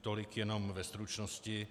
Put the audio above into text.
Tolik jenom ve stručnosti.